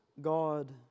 God